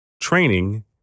training